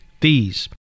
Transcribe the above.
Fees